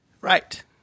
Right